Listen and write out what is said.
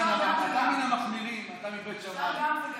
אתה מהמחמירים, אתה מבית שמאי.